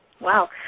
Wow